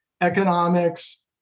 economics